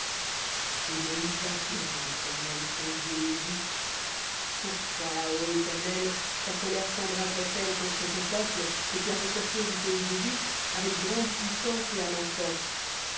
et moïse implora l'éternel son dieu et dit pourquoi ô éternel ta colère sembraserait elle contre ton peuple que tu as fait sortir du pays d'égypte avec grande puissance et à main forte